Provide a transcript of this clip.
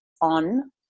on